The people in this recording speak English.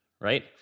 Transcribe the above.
right